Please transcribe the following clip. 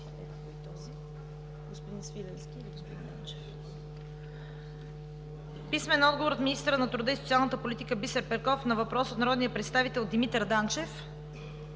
Свиленски; - министъра на труда и социалната политика Бисер Петков на въпрос от народния представител Димитър Данчев;